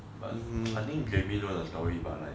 but I think jamie know the story but like